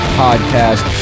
podcast